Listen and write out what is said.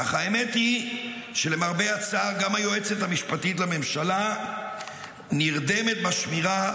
אך האמת היא שלמרבה הצער גם היועצת המשפטית לממשלה נרדמת בשמירה,